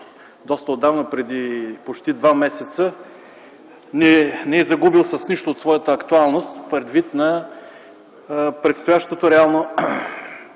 доста отдавна – преди почти два месеца, не е загубил своята актуалност, предвид предстоящото реализиране